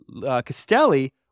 Castelli